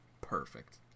perfect